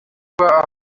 kuba